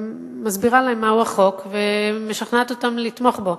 מסבירה להם מהו החוק ומשכנעת אותם לתמוך בו.